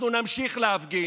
אנחנו נמשיך להפגין,